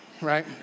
right